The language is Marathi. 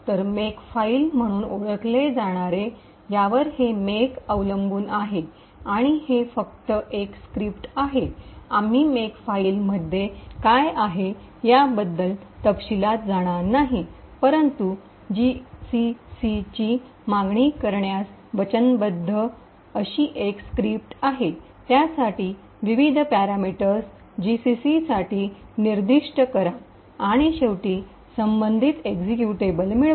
तर मेकफाइल म्हणून ओळखले जाणारे यावर हे मेक अवलंबून आहे आणि हे फक्त एक स्क्रिप्ट आहे आम्ही मेकफाईलमध्ये काय आहे याबद्दल तपशीलात जाणार नाही परंतु जीसीसीची मागणी करण्यास वचनबद्ध कमीट commit अशी एक स्क्रिप्ट आहे त्यासाठी विविध पॅरामीटर्स जीसीसी साठी निर्दिष्ट करा आणि शेवटी संबंधित एक्झिक्युटेबल मिळवा